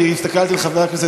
אני הסתכלתי על חבר הכנסת,